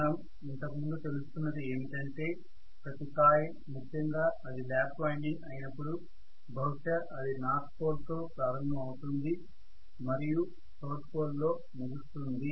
మనం ఇంతకు ముందు తెలుసుకున్నది ఏమిటంటే ప్రతి కాయిల్ ముఖ్యంగా అది ల్యాప్ వైండింగ్ అయినపుడు బహుశా అది నార్త్ పోల్ ఉత్తర ధ్రువం north pole తో ప్రారంభం అవుతుంది మరియు సౌత్ పోల్ దక్షిణ ధృవం south pole లో ముగుస్తుంది